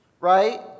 right